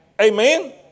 Amen